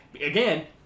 again